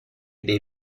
dei